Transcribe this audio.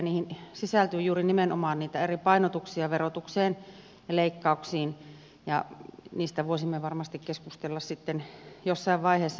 niihin sisältyy nimenomaan niitä eri painotuksia verotukseen ja leikkauksiin ja niistä voisimme varmasti keskustella jossain vaiheessa